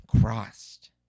crossed